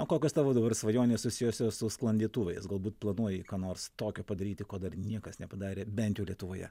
o kokios tavo dabar svajonės susijusios su sklandytuvais galbūt planuoji ką nors tokio padaryti ko dar niekas nepadarė bent jau lietuvoje